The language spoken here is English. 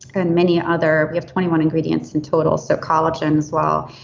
and many ah other. we have twenty one ingredients in total so collagen as well,